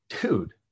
dude